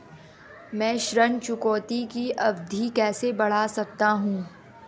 मैं ऋण चुकौती की अवधि कैसे बढ़ा सकता हूं?